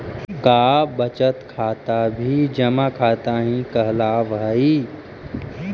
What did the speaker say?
का बचत खाता भी जमा खाता ही कहलावऽ हइ?